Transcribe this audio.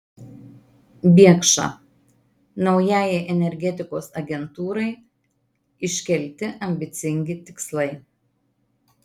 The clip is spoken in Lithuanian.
biekša naujajai energetikos agentūrai iškelti ambicingi tikslai